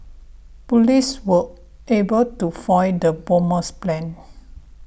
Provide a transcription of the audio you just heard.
police were able to foil the bomber's plan